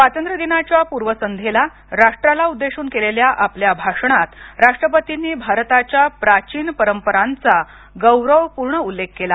स्वातंत्र्यदिनाच्या पूर्वसंध्येला राष्ट्राला उद्देशून केलेल्या आपल्या भाषणात राष्ट्रपतींनी भारताच्या प्राचीन परंपरांचा गौरवपूर्ण उल्लेख केला